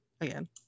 Again